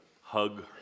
hug